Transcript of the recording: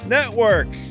Network